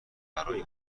برای